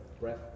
Breath